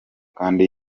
kandi